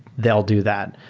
they'll do that.